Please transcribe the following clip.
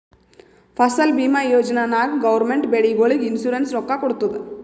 ಫಸಲ್ ಭೀಮಾ ಯೋಜನಾ ನಾಗ್ ಗೌರ್ಮೆಂಟ್ ಬೆಳಿಗೊಳಿಗ್ ಇನ್ಸೂರೆನ್ಸ್ ರೊಕ್ಕಾ ಕೊಡ್ತುದ್